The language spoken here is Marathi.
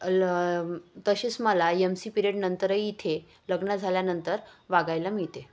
ल तसेच मला यम सी पिरियड नंतरही इथे लग्न झाल्यानंतर वागायला मिळते